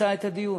מיצה את הדיון.